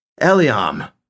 Eliam